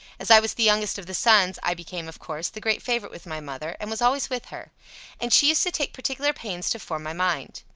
as i was the youngest of the sons, i became, of course, the greatest favourite with my mother, and was always with her and she used to take particular pains to form my mind.